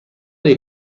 dei